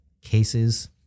cases